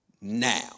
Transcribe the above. Now